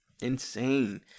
insane